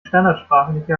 standardsprachliche